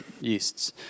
yeasts